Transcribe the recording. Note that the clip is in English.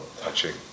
touching